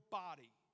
body